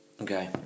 Okay